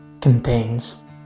contains